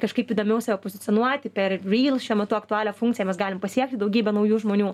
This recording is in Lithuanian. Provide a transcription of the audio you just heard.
kažkaip įdomiau save pozicionuoti per ryl šiuo metu aktualią funkciją mes galim pasiekti daugybę naujų žmonių